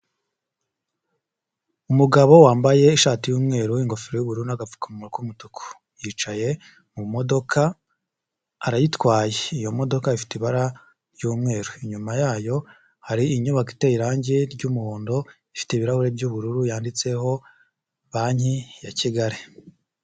Umugabo wambaye ishati y'umweru, ingofero y'ubururu n'agapfukamuwa k'umutuku, yicaye mu modoka arayitwaye, iyo modoka ifite ibara ry'umweru, inyuma yayo hari inyubako iteye irange ry'umuhondo ifite ibirahure by'ubururu yanditseho Banki ya Kigali.